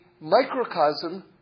microcosm